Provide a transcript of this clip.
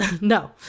No